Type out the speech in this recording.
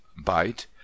bite